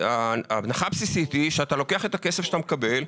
ההנחה הבסיסית היא שאתה לוקח את הכסף שאתה מקבל,